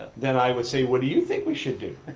then i would say, what do you think we should do?